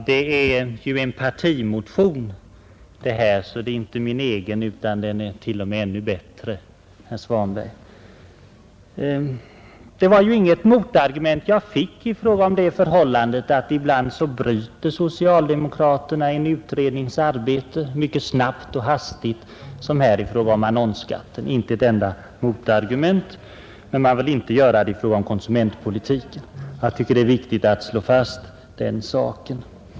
Herr talman! Motionen 80 är ju en partimotion och inte min egen — den är alltså t.o.m. ännu bättre, herr Svanberg. Jag fick inget motargument mot det förhållandet, att fastän socialdemokraterna ibland mycket snabbt bryter en utrednings arbete såsom i fråga om annonsskatten vill de inte göra det i fråga om konsumentpolitiken — det är viktigt att slå fast den saken.